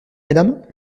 mesdames